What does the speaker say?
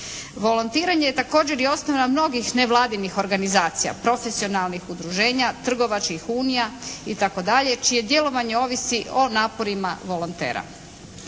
Volontiranje je također i …/Govornica se ne razumije./… mnogih nevladinih organizacija, profesionalnih udruženja, trgovačkih unija itd. čije djelovanje ovisi o naporima volontera.